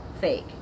fake